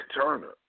Turner